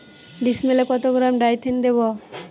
ডিস্মেলে কত গ্রাম ডাইথেন দেবো?